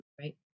right